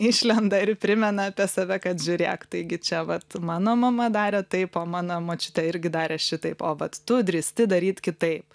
išlenda ir primena apie save kad žiūrėk taigi čia vat mano mama darė taip o mano močiutė irgi darė šitaip o vat tu drįsti daryt kitaip